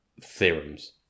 theorems